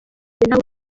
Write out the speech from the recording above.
ntabwo